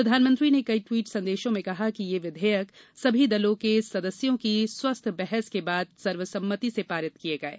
प्रधानमंत्री ने कई टवीट संदेशों में कहा कि ये विधेयक सभी दलों के सदस्यों की स्वस्थ बहस के बाद सर्वसम्मति से पारित किए गये